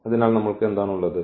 അതിനാൽ നമ്മൾക്ക് എന്താണ് ഉള്ളത്